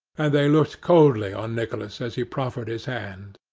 and they looked coldly on nicholas as he proffered his hand.